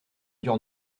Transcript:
dure